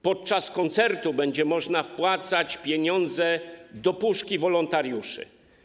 Podczas koncertu będzie można wpłacać pieniądze do puszki wolontariuszy.